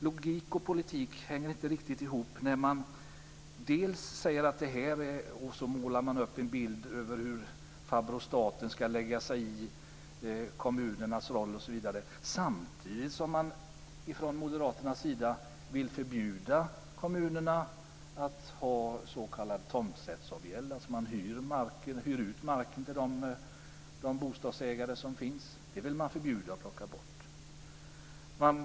Logik och politik hänger inte riktigt ihop när man från moderaternas sida målar upp en bild av hur farbror staten ska lägga sig i kommunernas roll samtidigt som man vill förbjuda kommunerna att ha s.k. tomträttsavgäld, dvs. att hyra ut marken till de bostadsägare som finns. Det vill man förbjuda och plocka bort.